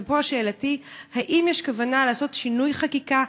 ופה שאלתי: האם יש כוונה לעשות שינוי חקיקה,